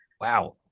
Wow